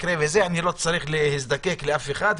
אני לא צריך להזדקק לאף אחד,